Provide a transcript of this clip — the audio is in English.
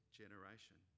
generation